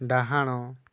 ଡାହାଣ